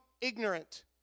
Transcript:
ignorant